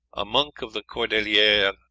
a monk of the cordeliers,